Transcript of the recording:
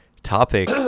topic